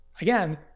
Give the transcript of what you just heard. again